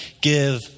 give